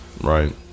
Right